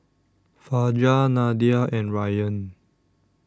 Fajar Nadia and Ryan